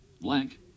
Blank